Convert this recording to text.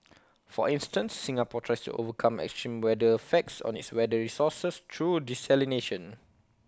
for instance Singapore tries to overcome extreme weather effects on its water resources through desalination